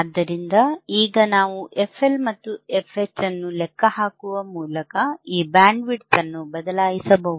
ಆದ್ದರಿಂದ ಈಗ ನಾವು fL ಮತ್ತು fH ಅನ್ನು ಲೆಕ್ಕಹಾಕುವ ಮೂಲಕ ಈ ಬ್ಯಾಂಡ್ವಿಡ್ತ್ ಅನ್ನು ಬದಲಾಯಿಸಬಹುದು